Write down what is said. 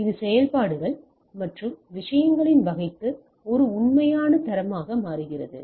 இது செயல்பாடுகள் மற்றும் விஷயங்களின் வகைக்கு ஒரு உண்மையான தரமாக மாறுகிறது